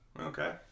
Okay